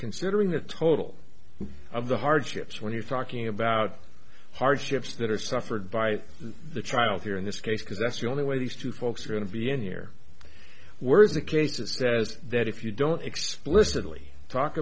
considering the total of the hardships when you're talking about hardships that are suffered by the trial here in this case because that's the only way these two folks are going to be in here where is the case is that if you don't explicitly talk